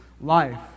life